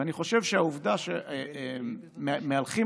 אני חושב שהעובדה שחלק מהגורמים מהלכים